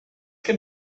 can